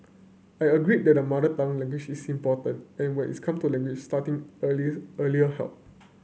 I agree that mother tongue language is important and when its come to language starting early early help